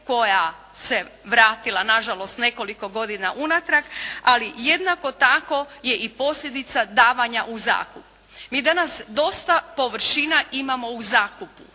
koja se vratila nažalost nekoliko godina unatrag, ali jednako tako je i posljedica davanja u zakup. Mi danas dosta površina imamo u zakupu.